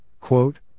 quote